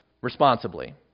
responsibly